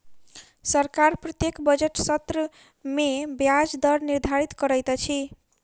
सरकार प्रत्येक बजट सत्र में ब्याज दर निर्धारित करैत अछि